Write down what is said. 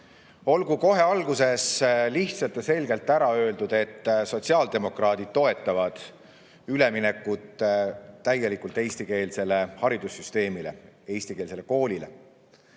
Olgu kohe alguses lihtsalt ja selgelt ära öeldud, et sotsiaaldemokraadid toetavad täielikult eestikeelsele haridussüsteemile, eestikeelsele koolile